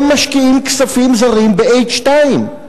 הם משקיעים כספים זרים ב-2H,